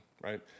right